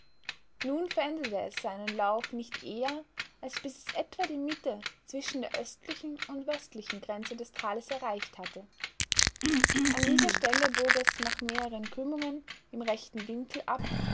nun veränderte es seinen lauf nicht eher als bis es etwa die mitte zwischen der östlichen und westlichen grenze des tales erreicht hatte an dieser stelle bog es nach mehreren krümmungen im rechten winkel ab